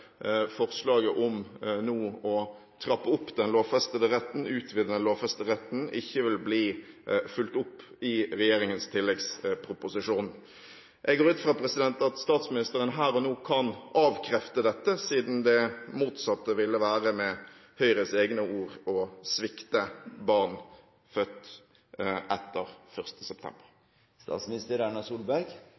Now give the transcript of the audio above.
forslaget om nå å utvide den lovfestede retten, ikke vil bli fulgt opp i regjeringens tilleggsproposisjon. Jeg går ut fra at statsministeren her og nå kan avkrefte dette, siden det motsatte ville være – med Høyres egne ord – å svikte barn født etter 1. september.